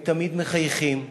הם תמיד מחייכים,